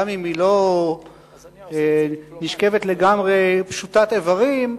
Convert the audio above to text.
גם אם היא לא נשכבת לגמרי פשוטת איברים,